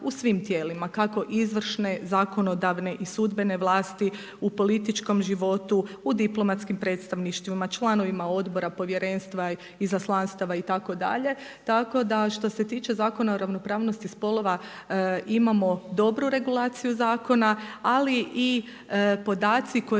u svim tijelima kako izvršne, zakonodavne i sudbene vlasti u političkom životu, u diplomatskim predstavništvima, članovima odbora, povjerenstva, izaslanstava itd. Tako da što se tiče Zakona o ravnopravnosti spolova imamo dobru regulaciju zakona, ali i podaci koje